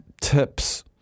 tips